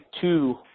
two